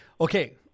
okay